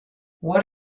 what